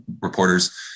reporters